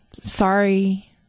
sorry